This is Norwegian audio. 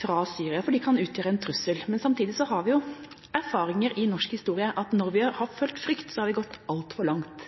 fra Syria, for de kan utgjøre en trussel. Men samtidig har vi erfaringer fra norsk historie med at når vi har følt frykt, så har vi gått altfor langt